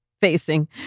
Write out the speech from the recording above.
facing